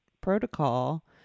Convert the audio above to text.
protocol